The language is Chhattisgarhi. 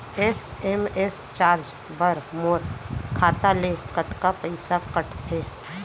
एस.एम.एस चार्ज बर मोर खाता ले कतका पइसा कटथे?